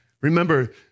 Remember